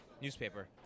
newspaper